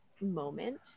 moment